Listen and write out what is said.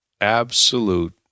absolute